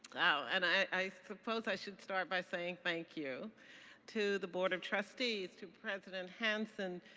wow and i suppose i should start by saying thank you to the board of trustees, to president hanson,